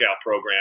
program